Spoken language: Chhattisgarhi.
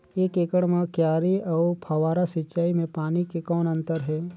एक एकड़ म क्यारी अउ फव्वारा सिंचाई मे पानी के कौन अंतर हे?